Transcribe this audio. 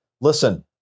listen